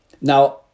Now